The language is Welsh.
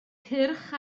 cyrch